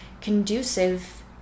conducive